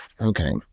Okay